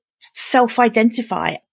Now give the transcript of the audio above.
self-identify